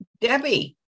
Debbie